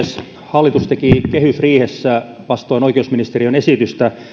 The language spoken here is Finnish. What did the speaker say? hallitus teki kehysriihessä vastoin oikeusministeriön esitystä